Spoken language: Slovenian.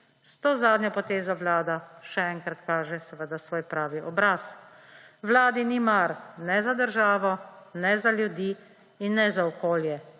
s to zadnjo potezo vlada še enkrat kaže seveda svoj pravi obraz. Vladi ni mar ne za državo, ne za ljudi in ne za okolje,